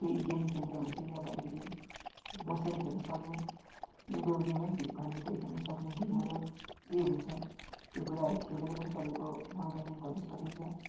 केइ गेम खेलेर हुन्छ कि अब अलिकति बसेर खेल्नु सक्ने इन्डोर गेम है घरभित्र खेल्नु सक्ने गेमहरू के हुन्छ त्यो कुराहरू खेलेर पनि तपाईँको मनोरञ्जन गर्न सकिन्छ